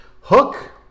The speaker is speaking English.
Hook